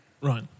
Right